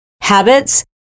habits